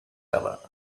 hour